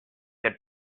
good